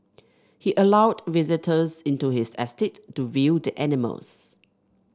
he allowed visitors into his estate to view the animals